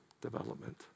development